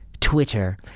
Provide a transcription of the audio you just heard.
Twitter